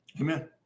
Amen